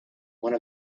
one